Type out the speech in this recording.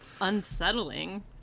unsettling